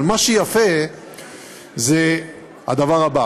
אבל מה שיפה זה הדבר הבא: